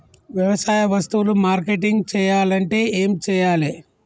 వ్యవసాయ వస్తువులు మార్కెటింగ్ చెయ్యాలంటే ఏం చెయ్యాలే?